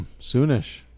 soonish